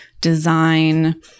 design